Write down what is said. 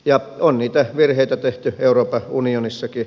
ja on niitä virheitä tehty euroopan unionissakin